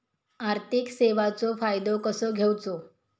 आर्थिक सेवाचो फायदो कसो घेवचो?